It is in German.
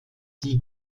die